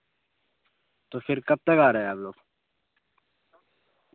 تو پھر کب تک آ رہے ہیں آپ لوگ